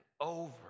over